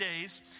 days